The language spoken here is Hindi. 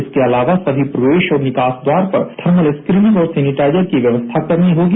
इसके अलावा सभी प्रवेश और निकास द्वार पर थर्मल स्क्रीनिंग और सैनिटाइजर की व्यवस्था करनी होगी